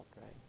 right